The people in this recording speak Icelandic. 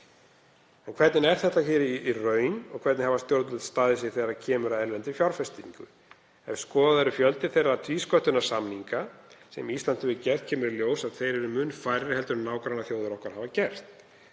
En hvernig er þetta í raun hér á landi og hvernig hafa stjórnvöld staðið sig þegar kemur að erlendri fjárfestingu? Ef skoðaður er fjöldi þeirra tvísköttunarsamninga sem Ísland hefur gert kemur í ljós að þeir eru mun færri heldur en nágrannaþjóðir okkar hafa gert.